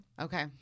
Okay